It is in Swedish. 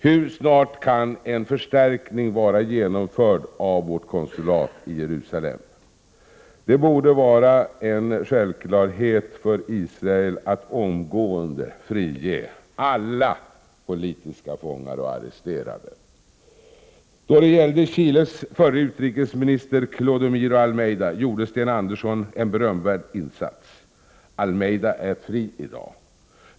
Hur snart kan en förstärkning av vårt konsulat i Jerusalem vara genomförd? Det borde vara en självklarhet för Israel att omgående frige alla politiska fångar och arresterade. Då det gällde Chiles förre utrikesminister Clodomiro Allmeyda gjorde Sten Andersson en berömvärd insats. Allmeyda är fri i dag.